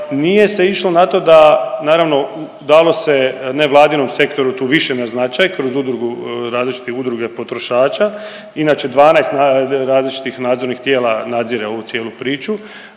nije se išlo na to da naravno dalo se nevladinom sektoru tu više na značaj kroz udrugu različite udruge potrošača. Inače 12 različitih nadzornih tijela nadzire ovu cijelu priču